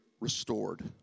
restored